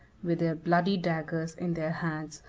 with their bloody daggers in their hands,